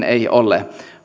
ei ole